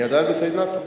אני עדיין בסעיד נפאע.